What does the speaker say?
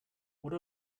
what